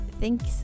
thanks